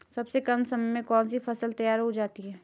सबसे कम समय में कौन सी फसल तैयार हो जाती है?